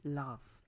love